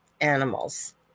animals